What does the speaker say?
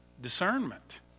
discernment